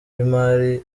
w’imari